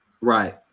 Right